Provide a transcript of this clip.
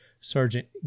Sergeant